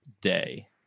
day